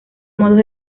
modos